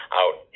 out